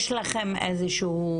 יש לכם איזה שהוא